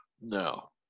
No